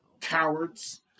Cowards